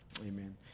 amen